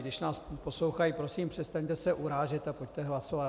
Když nás poslouchají, prosím, přestaňte se urážet a pojďte hlasovat.